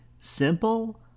simple